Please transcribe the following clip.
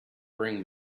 bring